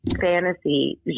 fantasy